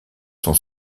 sont